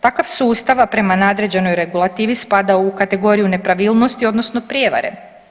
Takav sustav prema nadređenoj regulativi spada u kategoriju nepravilnosti odnosno prijevare.